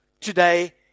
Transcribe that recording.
today